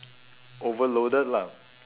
overloaded lah